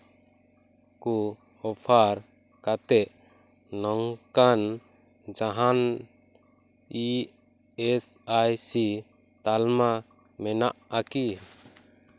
ᱠᱚ ᱚᱯᱷᱟᱨ ᱠᱟᱛᱮ ᱱᱚᱝᱠᱟᱱ ᱡᱟᱦᱟᱱ ᱤ ᱮᱥ ᱟᱭ ᱥᱤ ᱛᱟᱞᱢᱟ ᱢᱮᱱᱟᱜᱼᱟ ᱠᱤ